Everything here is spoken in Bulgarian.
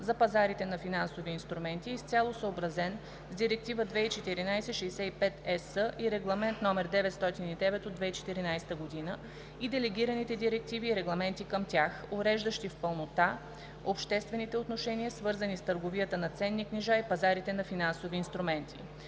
за пазарите на финансови инструменти е изцяло съобразен с Директива 2014/65/ЕС и Регламент (ЕС) № 909/2014, и делегираните директиви и регламенти към тях, уреждащи в пълнота обществените отношения, свързани с търговията на ценни книжа и пазарите на финансови инструменти.